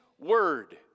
word